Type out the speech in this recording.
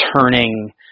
turning